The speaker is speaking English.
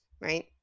right